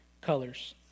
colors